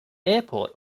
airport